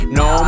no